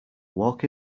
walk